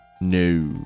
No